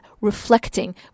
reflecting